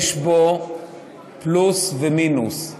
יש בו פלוס ומינוס.